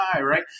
right